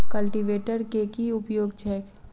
Cultivator केँ की उपयोग छैक?